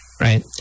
right